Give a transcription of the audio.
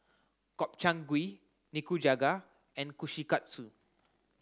Gobchang Gui Nikujaga and Kushikatsu